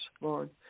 Lord